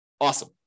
Awesome